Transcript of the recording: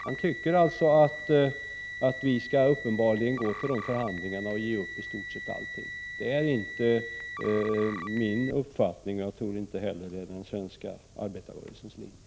Han tycker uppenbarligen att vi skall gå till de förhandlingarna och ge upp i stort sett allting. Det är inte min uppfattning, och jag tror inte heller att det är den svenska arbetarrörelsens linje.